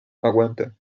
aguanta